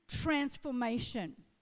transformation